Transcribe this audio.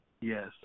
Yes